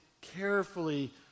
Carefully